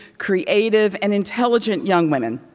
creative, and intelligent young women.